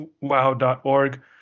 wow.org